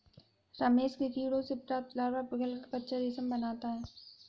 रेशम के कीड़ों से प्राप्त लार्वा पिघलकर कच्चा रेशम बनाता है